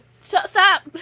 Stop